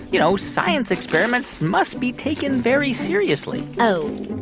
you know, science experiments must be taken very seriously oh,